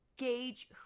Gauge